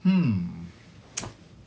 hmm